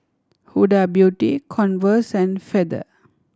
Huda Beauty Converse and Feather